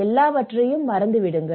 எல்லாவற்றையும் மறந்துவிடுங்கள்